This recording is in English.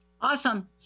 Awesome